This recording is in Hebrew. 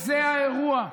זה האירוע.